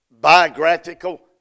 biographical